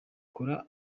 akora